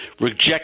Reject